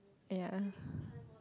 ya